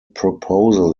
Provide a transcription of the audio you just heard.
proposal